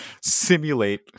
simulate